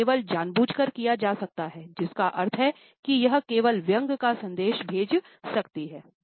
यह केवल जानबूझकर किया जा सकता है जिसका अर्थ है कि यह केवल व्यंग्य का संदेश भेज सकती है